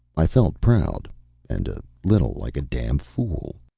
i felt proud and a little like a damn fool.